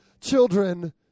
children